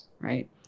Right